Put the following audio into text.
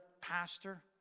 pastor